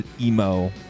emo